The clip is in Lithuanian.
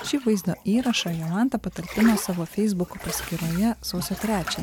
šį vaizdo įrašą jolanta patalpino savo feisbuko paskyroje sausio trečią